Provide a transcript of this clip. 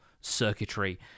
circuitry